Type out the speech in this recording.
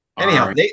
Anyhow